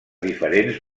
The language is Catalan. diferents